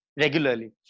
regularly